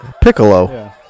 Piccolo